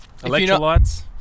Electrolytes